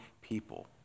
people